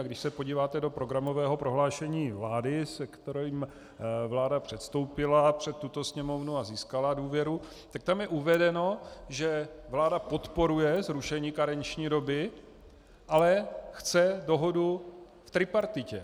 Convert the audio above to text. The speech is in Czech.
Když se podíváte do programového prohlášení vlády, se kterým vláda předstoupila před tuto Sněmovnu a získala důvěru, tak tam je uvedeno, že vláda podporuje zrušení karenční doby, ale chce dohodu v tripartitě.